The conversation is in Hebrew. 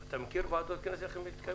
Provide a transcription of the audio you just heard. אתה מכיר וועדות כאלה שמתקיימות?